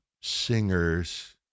singers